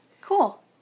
cool